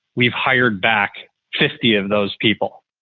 we've hired back fifty of those people.